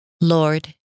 Lord